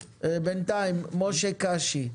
בינתיים משה קאשי.